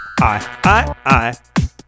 I-I-I